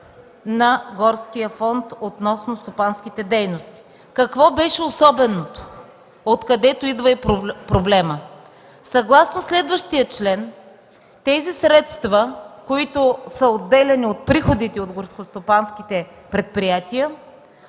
на горския фонд относно стопанските дейности. Какво беше особеното, откъдето идва проблемът? Съгласно следващия член тези средства, отделяни от приходите от горскостопанските предприятия,